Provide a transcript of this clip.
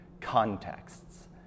contexts